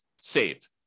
saved